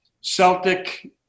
Celtic